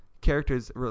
characters